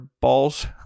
balls